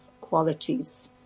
qualities